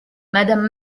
madame